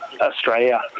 Australia